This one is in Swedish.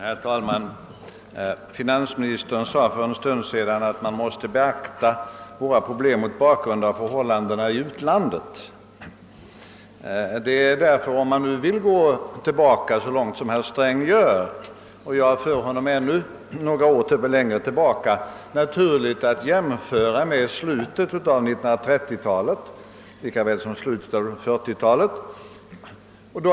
Herr talman! Finansministern sade för en stund sedan att man måste beakta våra problem mot bakgrunden av förhållandena i utlandet. Om man vill gå tillbaka så långt som herr Sträng gör — och jag för honom ännu några år längre tillbaka — är det därför naturligt att jämföra med slutet av 1930-talet lika väl som med slutet av 1940-talet.